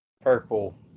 Purple